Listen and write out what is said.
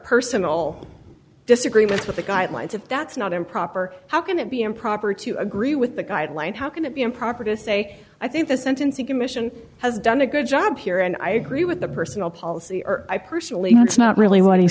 personal disagreements but the guidelines if that's not improper how can it be improper to agree with the guidelines how can it be improper to say i think the sentencing commission has done a good job here and i agree with the personal policy or i personally know it's not really what he